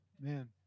Man